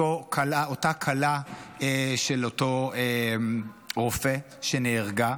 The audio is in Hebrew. אותה כלה של אותו רופא שנהרגה,